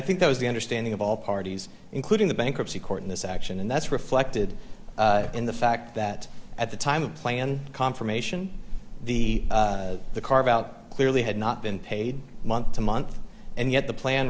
think that was the understanding of all parties including the bankruptcy court in this action and that's reflected in the fact that at the time of plan confirmation the the carve out clearly had not been paid month to month and yet the plan